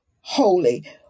holy